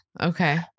Okay